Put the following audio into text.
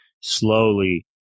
slowly